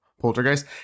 poltergeist